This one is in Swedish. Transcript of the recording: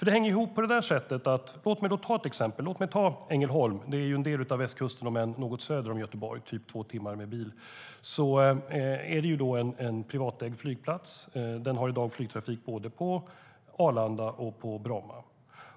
Det hänger ju ihop. Låt mig ta ett exempel. Ängelholm är en del av Västkusten även om det ligger något söder om Göteborg, typ två timmar med bil. Ängelholms flygplats är privatägd. Den har i dag flygtrafik både på Arlanda och på Bromma.